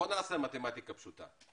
בוא נעשה מתמטיקה פשוטה: